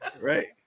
Right